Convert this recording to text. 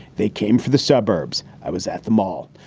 they came for the suburbs. i was at the mall.